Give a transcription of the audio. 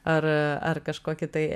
ar ar kažkokį tai